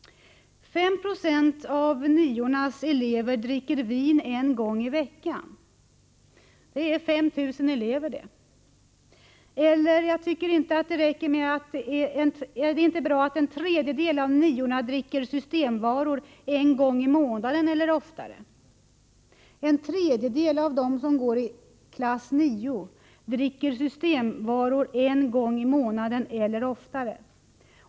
5 Yo av niornas elever dricker vin en gång i veckan. Det är 5 000 elever det. Jag tycker inte heller att det är bra att en tredjedel av dem som går i klass 9 dricker systemvaror en gång i månaden eller oftare.